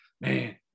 man